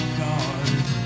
guard